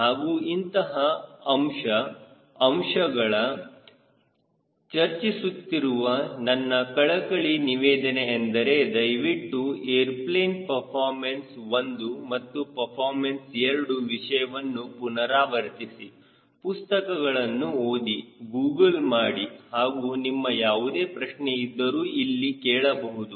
ಹಾಗೂ ಇಂತಹ ಅಂಶ ಅಂಶಗಳ ಚರ್ಚಿಸುತ್ತಿರುವ ನನ್ನ ಕಳಕಳಿಯ ನಿವೇದನೆ ಎಂದರೆ ದಯವಿಟ್ಟು ಏರೋಪ್ಲೇನ್ ಪರ್ಫಾರ್ಮೆನ್ಸ್ 1 ಮತ್ತು ಪರ್ಫಾರ್ಮೆನ್ಸ್ 2 ವಿಷಯವನ್ನು ಪುನರಾವರ್ತಿಸಿ ಪುಸ್ತಕಗಳನ್ನು ಓದಿ ಗೂಗಲ್ ಮಾಡಿ ಹಾಗೂ ನಿಮ್ಮ ಯಾವುದೇ ಪ್ರಶ್ನೆ ಇದ್ದರು ಇಲ್ಲಿ ಕೇಳಬಹುದು